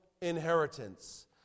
inheritance